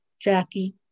Jackie